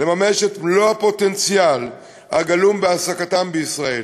לממש את מלוא הפוטנציאל הגלום בהעסקתם בישראל.